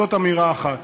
זאת אמירה אחת.